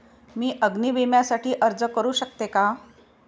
मी अग्नी विम्यासाठी अर्ज करू शकते का?